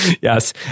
Yes